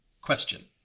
Question